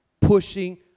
pushing